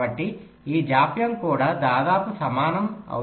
కాబట్టి ఆ జాప్యం కూడా దాదాపు సమానం అవుతుంది